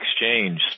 exchange